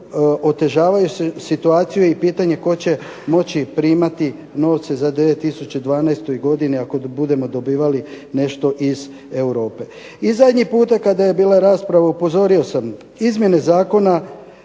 otežavajuću situaciju i pitanje tko će moći primati novce za 2012. godinu ako budemo dobivali nešto iz Europe. I zadnji puta kada je bila rasprava upozorio sam izmjene Zakona